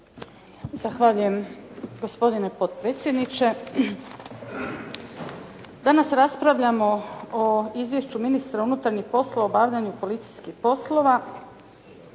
Zahvaljujem gospodine potpredsjedniče. Danas raspravljamo o izvješću ministra unutarnjih poslova o obavljanju policijskih poslova